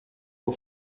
por